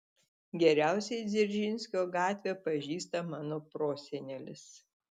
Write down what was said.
geriausiai dzeržinskio gatvę pažįsta mano prosenelis